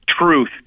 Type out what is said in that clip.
truth